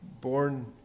born